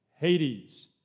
Hades